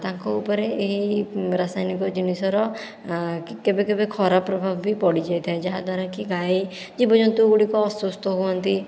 ତାଙ୍କ ଉପରେ ଏଇ ରାସାୟନିକ ଜିନିଷର କେବେ କେବେ ଖରାପ ପ୍ରଭାବ ବି ପଡ଼ିଯାଇଥାଏ ଯାହା ଦ୍ଵାରାକି ଗାଈ ଜୀବ ଜନ୍ତୁ ଗୁଡ଼ିକ ଅସୁସ୍ଥ ହୁଅନ୍ତି